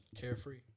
Carefree